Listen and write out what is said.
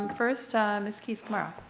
and first mrs. keys-gamarra.